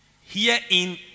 Herein